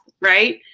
right